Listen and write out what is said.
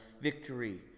victory